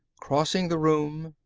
crossing the room,